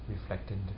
reflected